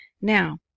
Now